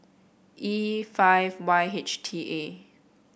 E five Y H T A